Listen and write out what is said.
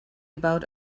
about